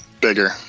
bigger